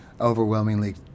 overwhelmingly